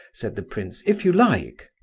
said the prince, if you like!